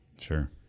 Sure